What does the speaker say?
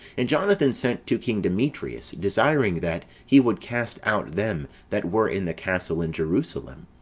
and jonathan sent to king demetrius, desiring that he would cast out them that were in the castle in jerusalem,